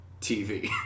TV